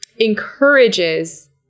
encourages